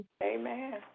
Amen